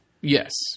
Yes